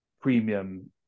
premium